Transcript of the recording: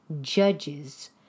judges